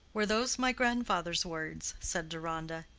were those my grandfather's words? said deronda.